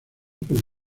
por